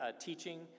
teaching